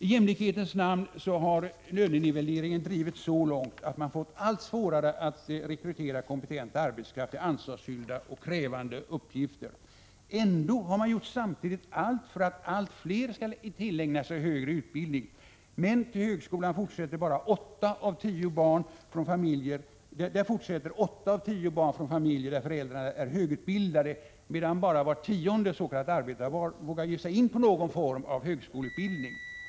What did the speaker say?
I jämlikhetens namn har lönenivelleringen drivits så långt att man fått allt svårare att rekrytera kompetent arbetskraft till ansvarsfyllda och krävande uppgifter. Ändå har man samtidigt gjort allt för att allt fler skall tillägna sig högre utbildning. Men till högskolan fortsätter åtta av tio barn från familjer där föräldrarna är högutbildade, medan bara vart tionde s.k. arbetarbarn vågar ge sig in på någon form av högskoleutbildning.